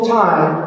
time